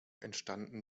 entstanden